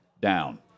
down